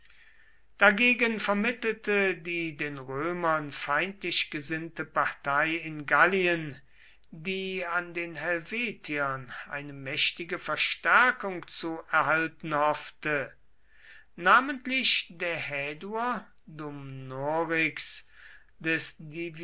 dagegen vermittelte die den römern feindlich gesinnte partei in gallien die an den helvetiern eine mächtige verstärkung zu erhalten hoffte namentlich der häduer dumnorix des